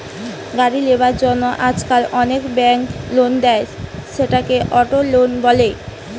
গাড়ি লিবার জন্য আজকাল অনেক বেঙ্ক লোন দেয়, সেটাকে অটো লোন বলে